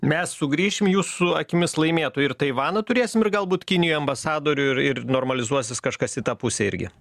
mes sugrįšim jūsų akimis laimėtoju ir taivaną turėsim ir galbūt kinijoj ambasadorių ir ir normalizuosis kažkas į tą pusę irgi